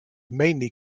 mainly